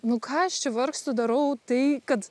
nu ką aš čia vargstu darau tai kad